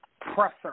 presser